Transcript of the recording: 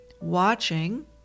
watching